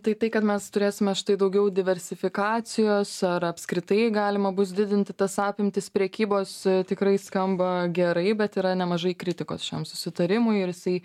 tai tai kad mes turėsime štai daugiau diversifikacijos ar apskritai galima bus didinti tas apimtis prekybos tikrai skamba gerai bet yra nemažai kritikos šiam susitarimui ir jisai